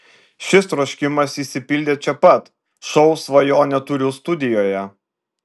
šis troškimas išsipildė čia pat šou svajonę turiu studijoje